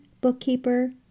bookkeeper